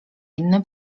inny